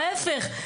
ההיפך,